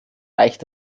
reicht